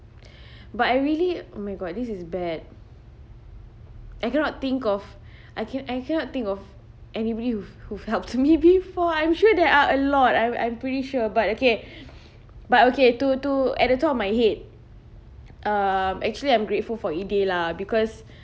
but I really oh my god this is bad I cannot think of I can~ I cannot think of anybody who've helped me before I'm sure there are a lot I I'm pretty sure but okay but okay to to at the top of my head uh actually I'm grateful for eday lah because